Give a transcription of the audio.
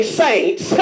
saints